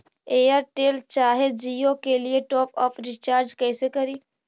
Airtel चाहे जियो के लिए टॉप अप रिचार्ज़ कैसे करी?